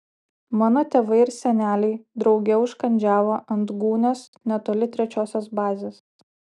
mano tėvai ir seneliai drauge užkandžiavo ant gūnios netoli trečiosios bazės